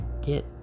get